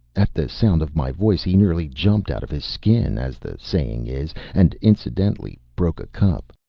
at the sound of my voice he nearly jumped out of his skin, as the saying is, and incidentally broke a cup.